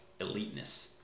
eliteness